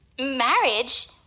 Marriage